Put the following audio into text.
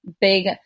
big